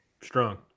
Strong